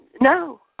no